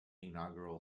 inaugural